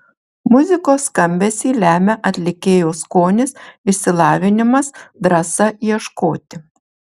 muzikos skambesį lemia atlikėjo skonis išsilavinimas drąsa ieškoti